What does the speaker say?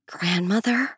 Grandmother